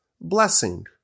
blessing